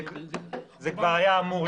זה כבר היה אמור להיות.